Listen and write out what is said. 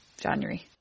January